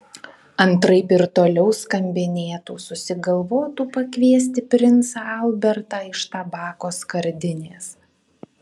antraip ir toliau skambinėtų susigalvotų pakviesti princą albertą iš tabako skardinės